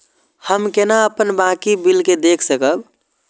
हम केना अपन बाकी बिल के देख सकब?